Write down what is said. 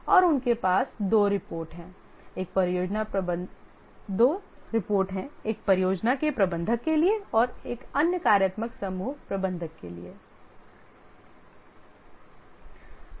और उनके पास दो रिपोर्ट हैं एक परियोजना के प्रबंधक के लिए है और अन्य कार्यात्मक समूह प्रबंधक के लिए है